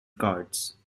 cards